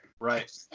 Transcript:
Right